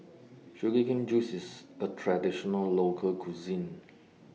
Sugar Cane Juice IS A Traditional Local Cuisine